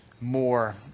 more